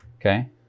Okay